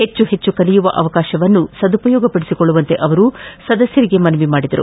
ಹೆಚ್ಚು ಹೆಚ್ಚು ಕಲಿಯುವ ಅವಕಾಶವನ್ನು ಸದುಪಯೋಗ ಪಡಿಸಿಕೊಳ್ಳುವಂತೆ ಅವರು ಸದಸ್ಟರಿಗೆ ಮನವಿ ಮಾಡಿದರು